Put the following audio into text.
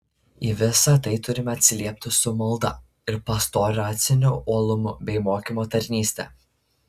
į visa tai turime atsiliepti su malda ir pastoraciniu uolumu bei mokymo tarnyste